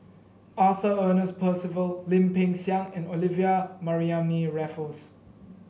Arthur Ernest Percival Lim Peng Siang and Olivia Mariamne Raffles